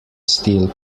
steel